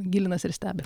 gilinasi ir stebi